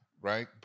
right